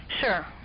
Sure